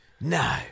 No